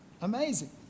Amazing